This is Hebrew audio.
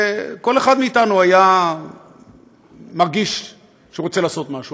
וכל אחד מאיתנו היה מרגיש שהוא היה רוצה לעשות משהו,